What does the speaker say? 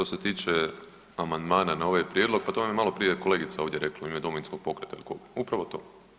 Što se tiče amandmana na ovaj prijedlog, pa to vam je malo prije kolegica ovdje rekla u ime Domovinskog pokreta ili kog, upravo to.